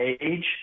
age